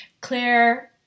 Claire